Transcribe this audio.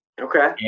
Okay